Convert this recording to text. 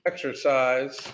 Exercise